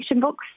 books